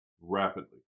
rapidly